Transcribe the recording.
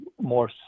more